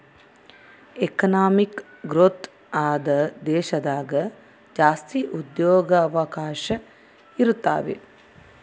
economic growth ಆದ ದೇಶದಾಗ ಜಾಸ್ತಿ ಉದ್ಯೋಗವಕಾಶ ಇರುತಾವೆ